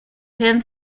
pan